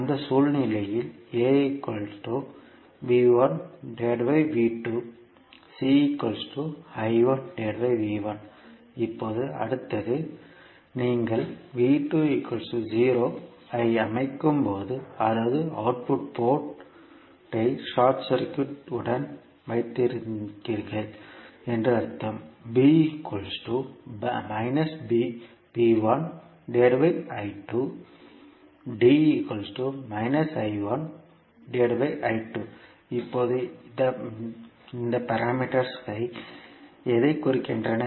அந்த சூழ்நிலையில் இப்போது அடுத்தது நீங்கள் ஐ அமைக்கும் போது அதாவது அவுட்புட் போர்ட் ஐ ஷார்ட் சர்க்யூட் உடன் வைத்திருக்கிறீர்கள் என்று அர்த்தம் இப்போது இந்த பாராமீட்டர்ஸ் எதைக் குறிக்கின்றன